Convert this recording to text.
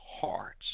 hearts